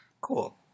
Cool